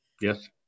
Yes